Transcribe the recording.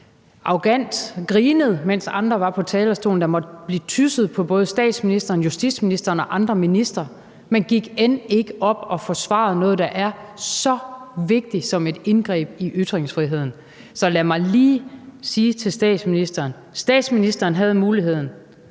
arrogant og grinede, mens andre var på talerstolen. Der måtte blive i tysset på både statsministeren, justitsministeren og andre ministre. Man gik end ikke op og forsvarede noget, der er så vigtigt som et indgreb i ytringsfriheden. Så lad mig lige sige til statsministeren: Statsministeren havde muligheden